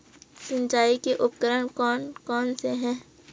सिंचाई के उपकरण कौन कौन से हैं?